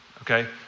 okay